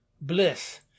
bliss